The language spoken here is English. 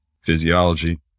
physiology